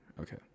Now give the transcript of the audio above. okay